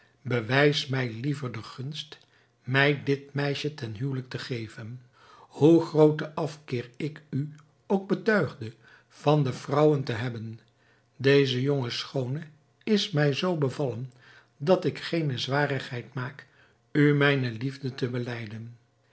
bewijs mij liever de gunst mij dit meisje ten huwelijk te geven hoe grooten afkeer ik u ook betuigde van de vrouwen te hebben deze jonge schoone is mij zoo bevallen dat ik geene zwarigheid maak u mijne liefde te